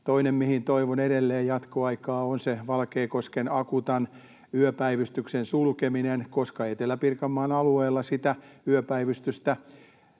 Toinen, mille toivon edelleen jatkoaikaa, on se Valkeakosken Acutan yöpäivystyksen sulkeminen, koska Etelä-Pirkanmaan alueella sitä yöpäivystystä